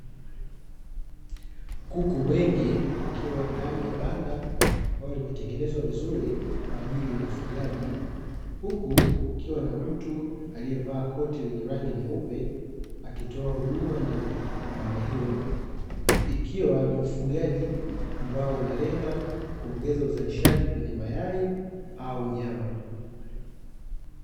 Kuku wengi wakiwa ndani ya banda, ambalo limetengenezwa vizuri kwa ajili ya ufugaji, huku kukiwa na mtu aliyevaa koti lenye rangi nyeupe akitoa huduma ndani ya banda hilo; ikiwa ni ufugaji ambao unalenga kuongeza uzalishaji kwenye mayai au nyama.